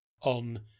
on